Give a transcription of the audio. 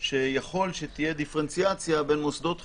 שיכול שתהיה דיפרנציאציה בין מוסדות חינוך,